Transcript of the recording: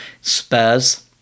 Spurs